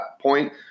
point